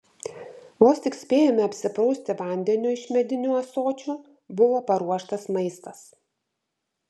vos tik spėjome apsiprausti vandeniu iš medinių ąsočių buvo paruoštas maistas